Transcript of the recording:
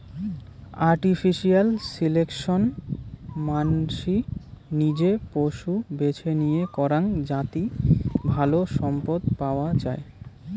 artificial selection মানসি নিজে পশু বেছে নিয়ে করাং যাতি ভালো সম্পদ পাওয়াঙ যাই